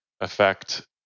affect